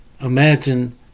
Imagine